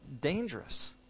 dangerous